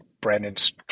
Brandon's